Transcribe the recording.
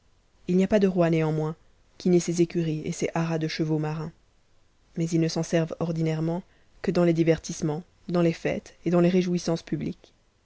it n'y a pas de roi néanmoins qui n'ait ses écuries et ses haras de chevaux marins mais ils ne s'en serveo ordinairement que dans les divertissements dans les fêtes et dans les réjouissances publiques